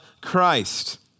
Christ